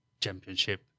championship